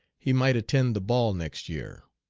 he might attend the ball next year!